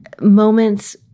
moments